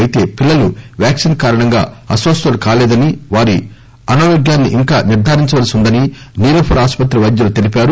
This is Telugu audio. అయితే పిల్లలు వ్యాక్సిన్ కారణంగా అస్పస్తులు కాలేదని వారి అనారోగ్యాన్సి ఇంకా నిర్దారించవలసి ఉందని నీలోఫర్ ఆసుపత్రి వైద్యులు తెలిపారు